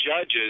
judges